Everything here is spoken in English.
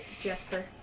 Jesper